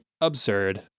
absurd